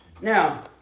Now